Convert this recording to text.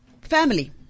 family